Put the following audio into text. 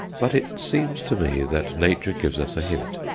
but it seems to me that nature gives us a hint.